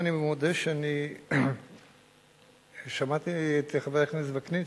אני מודה שאני שמעתי את חבר הכנסת וקנין,